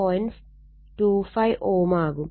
25 Ω ആവും